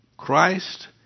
Christ